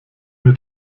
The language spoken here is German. mir